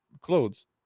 clothes